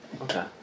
Okay